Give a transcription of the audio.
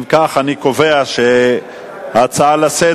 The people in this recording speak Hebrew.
הממשלה מבקשת להתייחס?